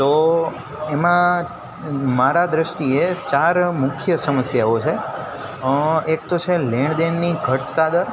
તો એમાં મારા દ્રષ્ટીએ ચાર મુખ્ય સમસ્યાઓ છે એક તો છે લેણ દેણની ઘટ્યા દર